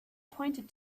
pointed